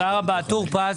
תודה רבה, משה טור פז.